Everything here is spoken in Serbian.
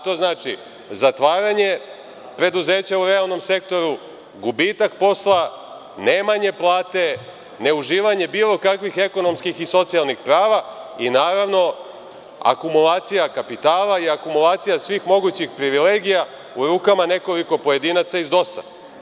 To znači zatvaranje preduzeća u realnom sektoru, gubitak posla, nemanje plate, neuživanje bilo kakvih ekonomskih i socijalnih prava i, naravno, akumulacija kapitala i akumulacija svih mogućih privilegija u rukama nekoliko pojedinaca iz DOS-a.